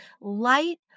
light